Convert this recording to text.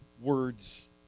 words